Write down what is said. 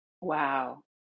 Wow